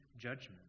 judgment